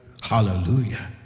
Hallelujah